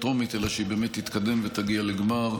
הטרומית אלא שהיא באמת תתקדם ותגיע לגמר,